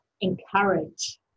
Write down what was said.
encourage